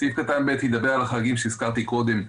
סעיף קטן (ב) ידבר על החריגים שהזכרתי קודם,